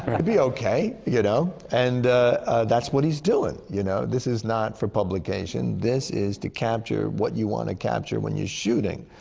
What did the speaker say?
be okay. you know? and that's what he's doing. you know? this is not for publication. this is to capture what you want to capture when you're shooting.